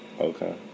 okay